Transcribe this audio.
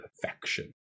perfection